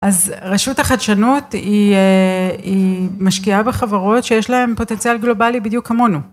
אז רשות החדשנות היא היא משקיעה בחברות שיש להן פוטנציאל גלובלי בדיוק כמונו.